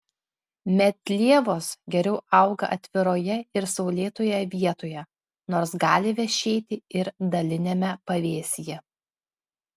medlievos geriau auga atviroje ir saulėtoje vietoje nors gali vešėti ir daliniame pavėsyje